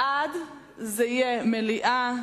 מי שמצביע בעד, מצביע בעד דיון במליאה.